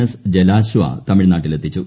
S Jalashwa തമിഴ്നാട്ടിലെത്തിച്ചു